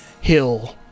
hill